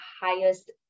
highest